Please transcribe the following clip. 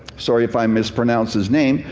sorry if i mispronounce his name,